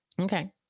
Okay